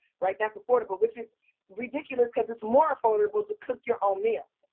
right, that's affordable, which is ridiculous cause it's more affordable to cook your own meals.